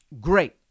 great